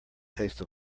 taste